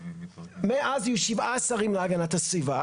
מאז היו שבעה שרים להגנת הסביבה,